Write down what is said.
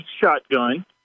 shotgun